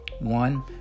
One